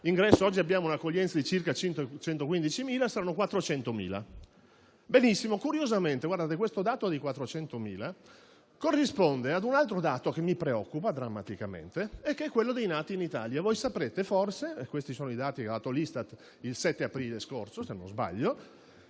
oggi abbiamo un'accoglienza di circa 115.000 persone - saranno 400.000. Benissimo. Curiosamente questo dato di 400.000 corrisponde a un altro dato, che mi preoccupa drammaticamente, quello dei nati in Italia. Voi saprete forse, sulla base dei dati che ha comunicato l'Istat il 7 aprile scorso - se non sbaglio